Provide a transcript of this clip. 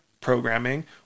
programming